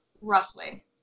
roughly